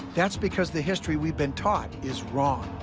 that's because the history we've been taught is wrong.